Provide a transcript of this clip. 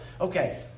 Okay